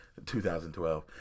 2012